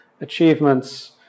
achievements